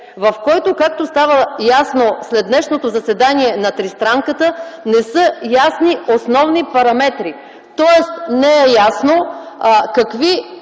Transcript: в който, както става ясно след днешното заседание на Тристранката, не са ясни основни параметри. Тоест не е ясно какви